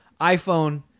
iPhone